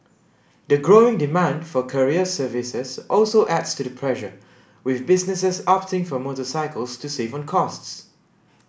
the growing demand for courier services also adds to the pressure with businesses opting for motorcycles to save on costs